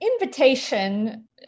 invitation